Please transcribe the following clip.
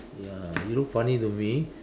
ya you look funny to me